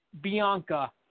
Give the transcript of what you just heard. Bianca